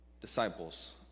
disciples